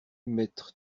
mettre